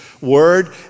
word